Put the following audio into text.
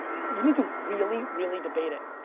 you need to really, really debate it.